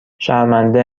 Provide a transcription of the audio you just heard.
شرمنده